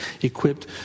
equipped